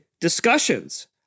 discussions